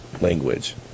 language